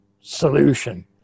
solution